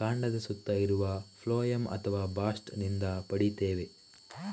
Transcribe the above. ಕಾಂಡದ ಸುತ್ತ ಇರುವ ಫ್ಲೋಯಂ ಅಥವಾ ಬಾಸ್ಟ್ ನಿಂದ ಪಡೀತೇವೆ